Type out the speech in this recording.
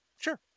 Sure